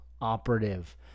operative